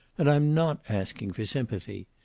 and i'm not asking for sympathy.